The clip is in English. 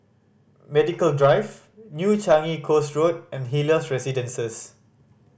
Medical Drive New Changi Coast Road and Helios Residences